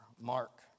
Mark